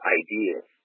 ideas